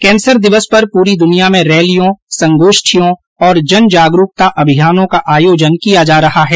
cancer दिवस पर पूरी दुनिया में रैलियों संगोष्ठियों और जन जागरूकता अभियानों का आयोजन किया जा रहा है